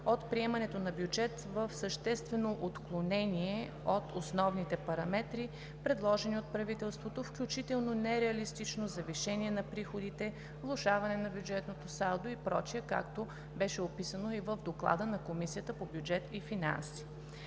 от приемането на бюджет в съществено отклонение от основните параметри, предложени от правителството, включително нереалистично завишение на приходите, влошаване на бюджетното салдо и така нататък, както беше описано и в Доклада на Комисията по бюджет и финанси.